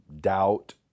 doubt